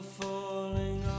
falling